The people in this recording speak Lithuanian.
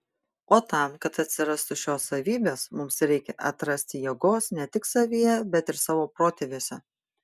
o tam kad atsirastų šios savybės mums reikia atrasti jėgos ne tik savyje bet ir savo protėviuose